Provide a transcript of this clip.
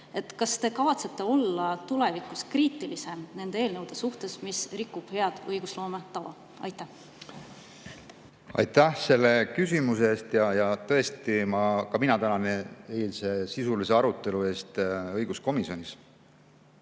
Kas te kavatsete olla tulevikus kriitilisem nende eelnõude suhtes, mis rikuvad head õigusloome tava? Aitäh selle küsimuse eest! Tõesti, ka mina tänan eilse sisulise arutelu eest õiguskomisjonis.